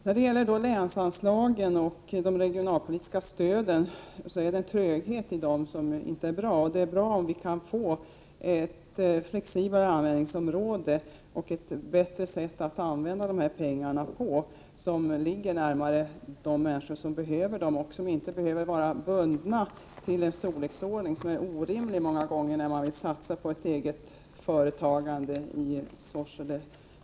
När det gäller länsanslagen och de regionalpolitiska stöden finns det en tröghet i dem som inte är bra. Det vore värdefullt om man fick ett flexiblare användningsområde och ett bättre sätt att använda dessa pengar, så att de kommer att ligga närmare de människor som behöver dem. De behöver inte heller vara bundna i en omfattning som många gånger är orimlig när människor vill satsa på ett eget företagande i Sorsele.